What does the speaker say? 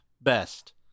Best